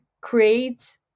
create